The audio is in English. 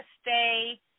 stay